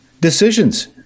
decisions